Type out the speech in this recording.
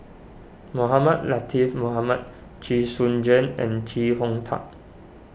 Mohamed Latiff Mohamed Chee Soon Juan and Chee Hong Tat